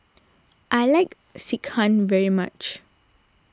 I like Sekihan very much